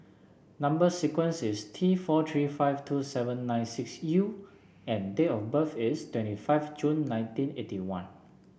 number sequence is T four three five two seven nine six U and date of birth is twenty five June nineteen eighty one